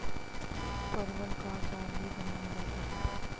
परवल का अचार भी बनाया जाता है